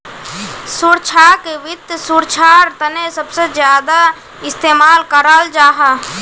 सुरक्षाक वित्त सुरक्षार तने सबसे ज्यादा इस्तेमाल कराल जाहा